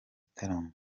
gitaramo